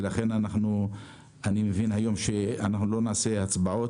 ואני מבין שהיום לא נצביע,